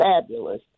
fabulous